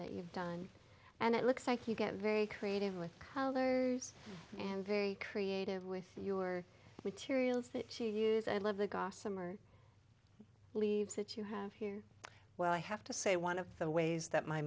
that you've done and it looks like you get very creative with colors and very creative with your materials that you use and love the gossamer leaves that you have here well i have to say one of the ways that my